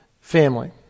family